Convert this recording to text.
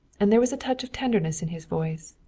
and there was a touch of tenderness in his voice.